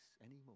anymore